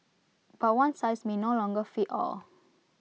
but one size may no longer fit all